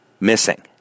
missing